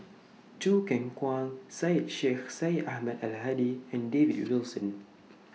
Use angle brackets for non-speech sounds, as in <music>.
<noise> Choo Keng Kwang Syed Sheikh Syed Ahmad Al Hadi and David Wilson